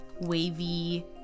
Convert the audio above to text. wavy